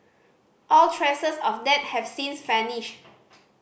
all traces of that have since vanished